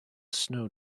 snow